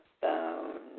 phone